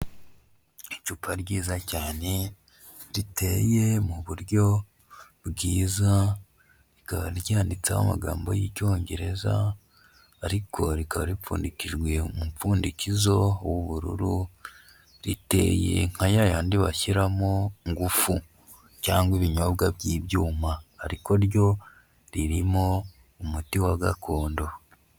Icupa ryiza cyane riteye mu buryo bwiza rikaba ryanditseho amagambo y'Icyongereza, ariko rikaba ripfundikijwe umupfundikizo w'ubururu, riteye nka ya yandi washyiramo ngufu cyangwa ibinyobwa by'ibyuma, ariko ryo ririmo umuti wa gakondo.